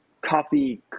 coffee